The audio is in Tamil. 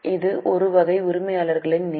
இது ஒரு வகை உரிமையாளர்களின் நிதி